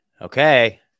Okay